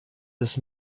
des